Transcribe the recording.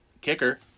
kicker